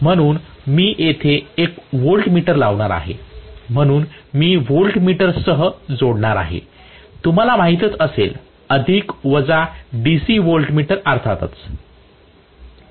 म्हणून मी येथे एक व्होल्टमीटर लावणार आहे म्हणून मी व्होल्टमीटर सह जोडणार आहे तुम्हाला माहितच असेल अधिक वजा DC व्होल्टमीटर अर्थातच